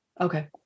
Okay